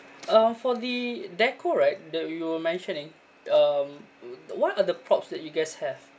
uh for the decor right the you were mentioning um what are the props that you guys have